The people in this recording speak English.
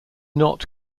not